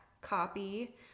copy